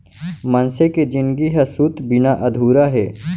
मनसे के जिनगी ह सूत बिना अधूरा हे